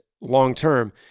long-term